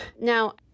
Now